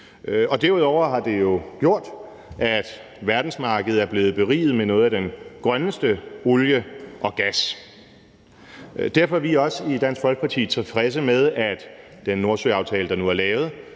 Derudover har det jo gjort, at verdensmarkedet er blevet beriget med noget af den grønneste olie og gas. Derfor er vi også i Dansk Folkeparti tilfredse med, at den Nordsøaftale, der nu er lavet,